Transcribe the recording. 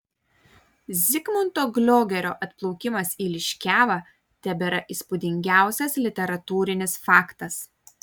zigmunto gliogerio atplaukimas į liškiavą tebėra įspūdingiausias literatūrinis faktas